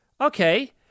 Okay